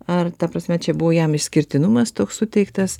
ar ta prasme čia buvo jam išskirtinumas toks suteiktas